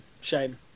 shame